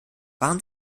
waren